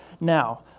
Now